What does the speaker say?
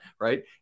right